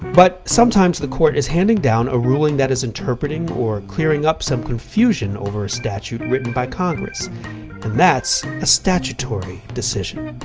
but sometimes the court is handing down a ruling that is interpreting or clearing up some confusion over a statute written by congress. and that's a statutory decision.